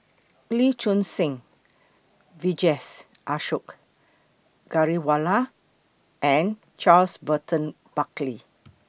Lee Choon Seng Vijesh Ashok Ghariwala and Charles Burton Buckley